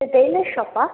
இது டெய்லர் ஷாப்பா